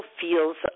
feels